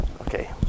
Okay